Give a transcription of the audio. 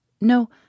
No